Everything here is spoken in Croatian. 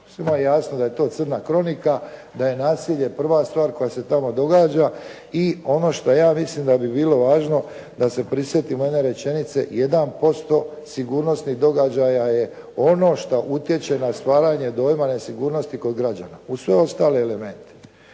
Svima je jasno da je to crna kronika, da je nasilje prva stvar koja se tamo događa i ono što ja mislim da bi bilo važno da se prisjetimo one rečenice 1% sigurnosti događaja je ono što utječe na stvaranje dojma nesigurnosti kod građana uz sve ostale elemente.